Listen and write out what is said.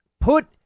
put